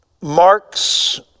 Mark's